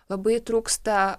labai trūksta